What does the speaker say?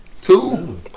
Two